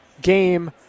game